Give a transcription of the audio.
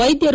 ವೈದ್ಯರು